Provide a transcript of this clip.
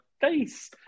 face